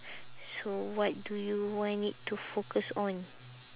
so what do you want it to focus on